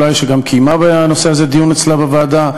שגם קיימה בנושא הזה דיון אצלה בוועדה,